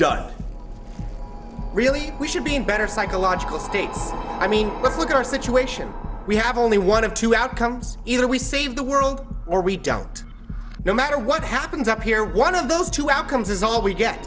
done really we should be in better psychological states i mean let's look at our situation we have only one of two outcomes either we save the world or we don't no matter what happens up here one of those two outcomes is all we get